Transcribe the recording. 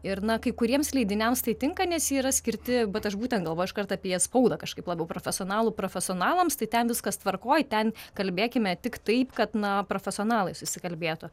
ir na kai kuriems leidiniams tai tinka nes yra skirti bet aš būtent glavoju iškart apie spaudą kažkaip labiau profesionalų profesionalams tai ten viskas tvarkoj ten kalbėkime tik taip kad na profesionalai susikalbėtų